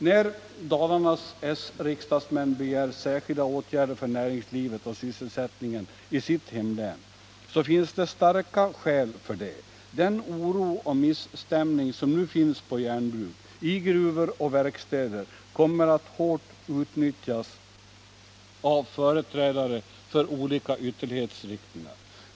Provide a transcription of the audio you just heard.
När Dalarnas s-riksdagsmän begär särskilda åtgärder för näringslivet och sysselsättningen i sitt hemlän finns det starka skäl för det. Den oro och misstämning som nu finns på järnbruk, i gruvor och i verkstäder kommer att hårt utnyttjas av företrädare för olika ytterlighetsriktningar.